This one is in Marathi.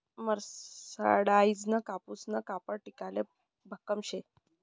मरसराईजडं कापूसनं कापड टिकाले भक्कम शे